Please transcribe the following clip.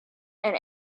and